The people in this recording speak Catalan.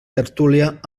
tertúlia